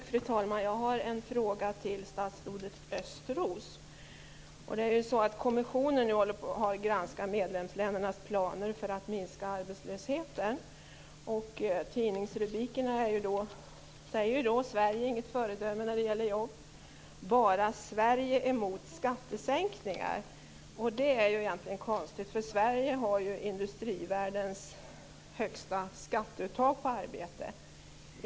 Fru talman! Jag har en fråga till statsrådet Östros. Det är ju så att kommissionen nu har granskat medlemsländernas planer för att minska arbetslösheten. Tidningsrubrikerna säger att Sverige inte är något föredöme när det gäller jobb. Bara Sverige är mot skattesänkningar. Det är egentligen konstigt, för Sverige har ju industrivärldens högsta uttag av skatt på arbete.